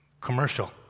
commercial